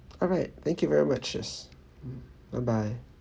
alright thank you very much bye bye